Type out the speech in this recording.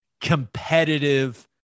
competitive